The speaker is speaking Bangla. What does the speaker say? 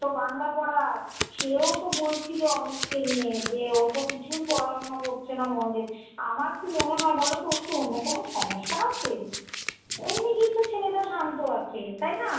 তো বাংলা পড়ায় সেও তো বলছিলো অমিতকে নিয়ে যে ও তো কিছুই পড়াশুনা করছে না মোদের আমার কী মনে হয় বলো তো ওর কী অন্য কোনও সমস্যা আছে এমনি কিন্তু ছেলেটা শান্ত আছে তাই না